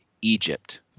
Egypt